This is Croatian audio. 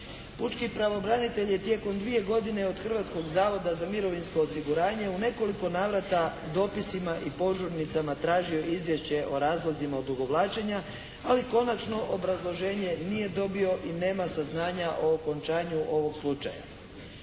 Pučki pravobranitelj je tijekom dvije godine od Hrvatskog zavoda za mirovinsko osiguranje u nekoliko navrata dopisima i požurnicama tražio izvješće o razlozima odugovlačenja, ali konačno obrazloženje nije dobio i nema saznanja o okončanju ovog slučaja.